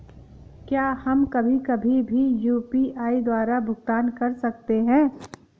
क्या हम कभी कभी भी यू.पी.आई द्वारा भुगतान कर सकते हैं?